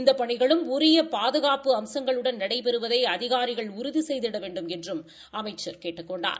இந்த பணிகளும் உரிய பாதுகாப்பு அம்சங்களுடன் நடைபெறுவதை அதிகாரிகள் உறுதி செய்திட வேண்டுமென்றும் அமைச்சர் கேட்டுக் கொண்டார்